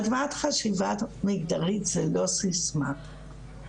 הטמעת חשיבה מגדרית זו לא סיסמה,